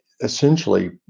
essentially